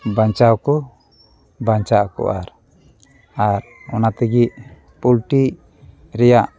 ᱵᱟᱧᱪᱟᱣ ᱠᱚ ᱵᱟᱧᱪᱟᱜ ᱠᱚᱜ ᱟᱨ ᱚᱱᱟ ᱛᱮᱜᱮ ᱯᱚᱞᱴᱨᱤ ᱨᱮᱭᱟᱜ